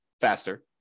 faster